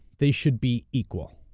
they should be equal.